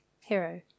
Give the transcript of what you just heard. hero